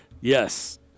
Yes